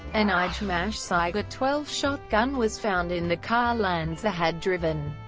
an ah izhmash saiga twelve shotgun was found in the car lanza had driven.